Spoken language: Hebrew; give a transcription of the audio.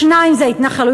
השני זה ההתנחלויות,